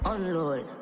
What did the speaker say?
Unload